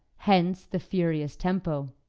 hence the furious tempo.